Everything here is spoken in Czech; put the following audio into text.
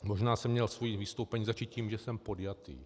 Možná jsem měl své vystoupení začít tím, že jsem podjatý.